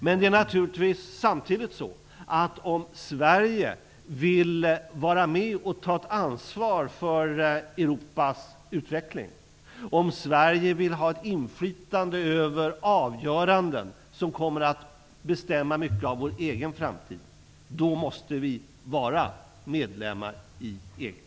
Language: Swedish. Men om Sverige vill vara med och ta ett ansvar för Europas utveckling och om Sverige vill ha ett inflytande över avgöranden som kommer att bestämma mycket av vår egen framtid måste vi naturligtvis vara medlemmar i EG.